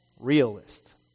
realist